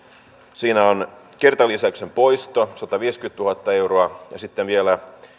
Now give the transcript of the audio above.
siinä on kertalisäyksen poisto sataviisikymmentätuhatta euroa ja sitten vielä